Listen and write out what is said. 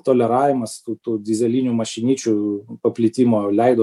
toleravimas tų tų dyzelinių mašinyčių paplitimo leido